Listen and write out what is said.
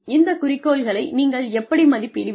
இந்த குறிக்கோள்களை நீங்கள் எப்படி மதிப்பிடுவீர்கள்